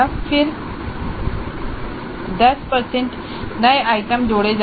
फिर 10 प्रतिशत नए आइटम जोड़े जाते हैं